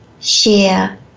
share